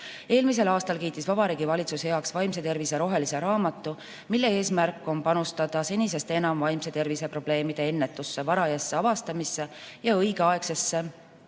Eelmisel aastal kiitis Vabariigi Valitsus heaks vaimse tervise rohelise raamatu, mille eesmärk on panustada senisest enam vaimse tervise probleemide ennetusse, varajasse avastamisse ja õigeaegsesse